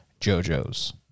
JoJo's